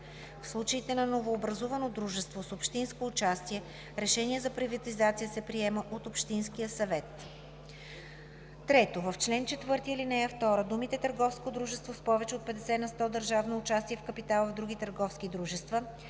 В случаите на новообразувано дружество с общинско участие решение за приватизация се приема от общинския съвет.“ 3. В чл. 4, ал. 2 думите „търговско дружество с повече от 50 на сто държавно участие в капитала в други търговски дружества“